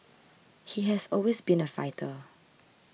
he has always been a fighter